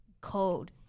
cold